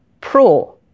pro